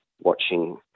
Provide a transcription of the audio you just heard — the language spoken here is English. watching